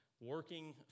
working